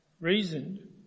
reasoned